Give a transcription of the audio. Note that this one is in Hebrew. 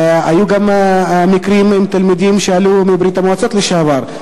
היו גם מקרים עם תלמידים שעלו מברית-המועצות לשעבר.